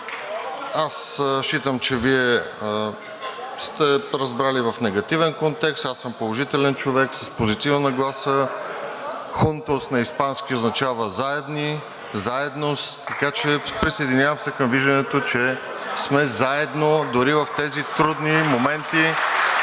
Считам, че Вие сте разбрали в негативен контекст. Аз съм положителен човек, с позитивна нагласа. „Хунтос“ на испански означава заедни, заедност, така че присъединявам се към виждането, че сме заедно дори в тези трудни моменти